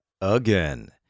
again